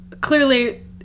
Clearly